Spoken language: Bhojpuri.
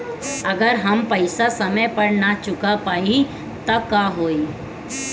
अगर हम पेईसा समय पर ना चुका पाईब त का होई?